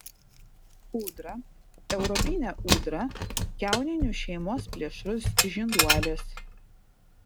ūdra europinė ūdra kiauninių šeimos plėšrus žinduolis